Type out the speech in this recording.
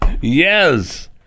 yes